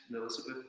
Elizabeth